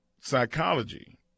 psychology